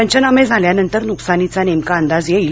पंचनामे झाल्यानंतर नुकसानीचा नेमका अंदाज येईल